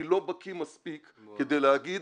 אני לא בקיא מספיק כדי להגיד,